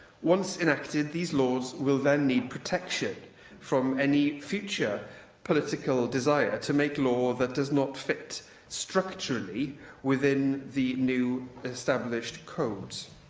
once enacted, these laws will then need protection from any future political desire to make law that does not fit structurally within the new established codes.